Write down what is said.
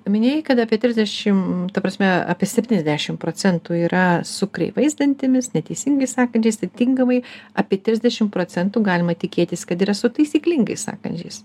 minėjai kad apie trisdešimt ta prasme apie septyniasdešimt procentų yra su kreivais dantimis neteisingais sąkandžiais atitinkamai apie trisdešimt procentų galima tikėtis kad yra su taisyklingais sąkandžiais